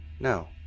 No